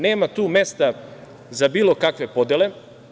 Nema tu mesta za bilo kakve podele.